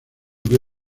que